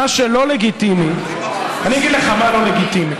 מה שלא לגיטימי, אני אגיד לך מה לא לגיטימי: